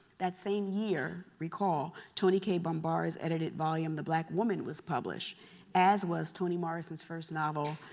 that same year, recall toni cade bambara's edited volume, the black woman was published as was toni morrison's first novel,